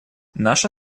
наша